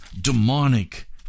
demonic